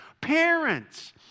Parents